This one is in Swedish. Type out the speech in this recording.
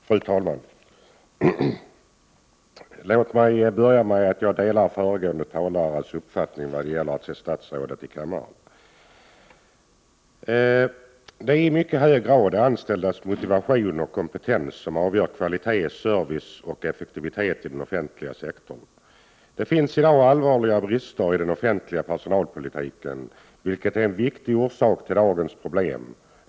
Fru talman! Låt mig börja med att säga att jag delar föregående talares uppfattning när det gäller att se statsrådet i kammaren. Det är i mycket hög grad de anställdas motivation och kompetens som avgör kvalitet, service och effektivitet i den offentliga sektorn. Det finnsi dag allvarliga brister i den offentliga personalpolitiken, vilket är en viktig orsak till dagens problem.